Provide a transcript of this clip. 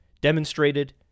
demonstrated